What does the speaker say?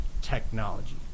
technology